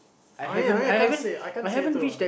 I mean I mean I can't say I can't say too ah